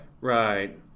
Right